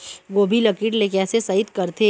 गोभी ल कीट ले कैसे सइत करथे?